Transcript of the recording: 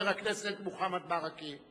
חבר הכנסת מוחמד ברכה.